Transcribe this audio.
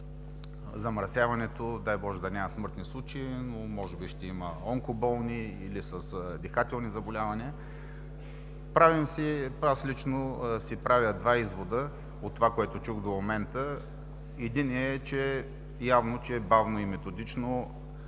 замърсяването. Дай Боже, да няма смъртни случаи, но може би ще има онкоболни или с дихателни заболявания. Аз лично си правя два извода от това, което чух до момента. Единият е, че явно бавно и методично